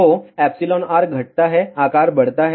तो εr घटता है आकार बढ़ता है